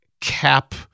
cap